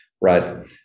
Right